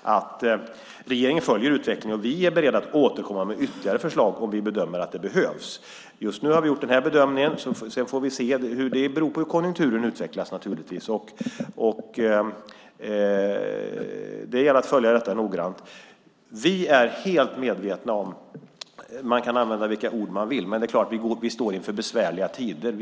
följer regeringen utvecklingen. Vi är beredda att återkomma med ytterligare förslag om vi bedömer att det behövs. Nu har vi gjort denna bedömning, sedan får vi se. Det beror på hur konjunkturen utvecklas. Det gäller att följa detta noggrant. Man kan använda vilka ord man vill, men vi står inför besvärliga tider.